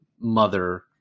mother